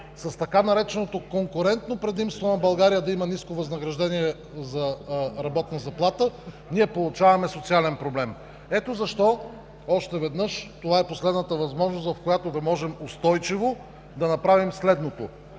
с така нареченото „конкурентно предимство“ на България да има ниско възнаграждение за работна заплата, ние получаваме социален проблем. Ето защо още веднъж – това е последната възможност, в която да можем устойчиво да направим следното: